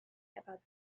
about